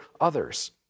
others